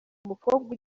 mukobwa